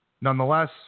Nonetheless